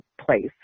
place